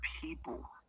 people